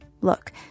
look